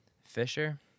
Fisher